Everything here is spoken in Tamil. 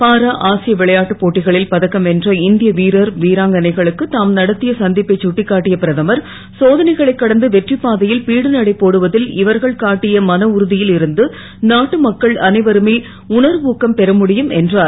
பாரா ஆசிய விளையாட்டுப் போட்டிகளில் பதக்கம் வென்ற இந் ய வீரர் வீராங்கனைகளுடன் தாம் நடத் ய சந் ப்பைச் சுட்டிக்காட்டிய பிரதமர் சோதனைகளைக் கடந்து வெற்றிப் பாதை ல் பீடுநடை போடுவ ல் இவர்கள் காட்டிய மனஉறு ல் இருந்து நாட்டு மக்கள் அனைவருமே உணர்வுக்கம் பெற முடியும் என்றார்